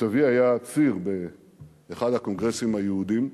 סבי היה ציר באחד הקונגרסים היהודיים,